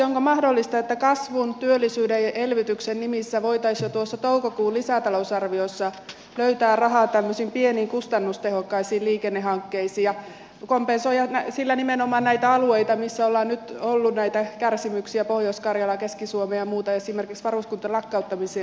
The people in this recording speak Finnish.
onko mahdollista että kasvun työllisyyden ja elvytyksen nimissä voitaisiin jo tuossa toukokuun lisätalousarviossa löytää rahaa tämmöisiin pieniin kustannustehokkaisiin liikennehankkeisiin ja kompensoida sillä nimenomaan näitä alueita pohjois karjalaa keski suomea ja muita missä on nyt ollut näitä kärsimyksiä pohjois karjala keski suomi ja muut esimerkiksi varuskuntalakkauttamisien myötä